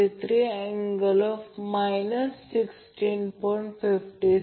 तर आपले ध्येय फेज आणि लाईन करंट मिळवणे आहे